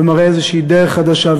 ומראה איזו דרך חדשה,